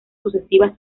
sucesivas